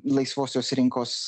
laisvosios rinkos